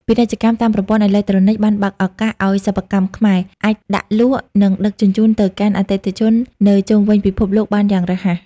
ពាណិជ្ជកម្មតាមប្រព័ន្ធអេឡិចត្រូនិកបានបើកឱកាសឱ្យសិប្បកម្មខ្មែរ អាចដាក់លក់ និងដឹកជញ្ជូនទៅកាន់អតិថិជននៅជុំវិញពិភពលោកបានយ៉ាងរហ័ស។